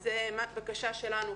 אז זו הבקשה שלנו,